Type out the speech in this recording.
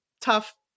tough